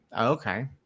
Okay